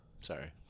Sorry